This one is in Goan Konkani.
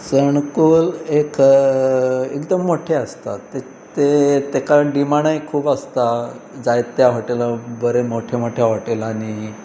चणकूल एक एकदम मोटें आसता ते ते ताका डिमांडय खूब आसता जायत्या हॉटेला बरें मोट्या मोट्या हॉटेलांनी